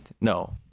No